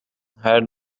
had